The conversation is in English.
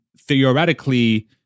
theoretically